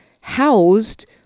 housed